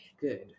good